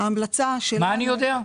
מה אני יודע?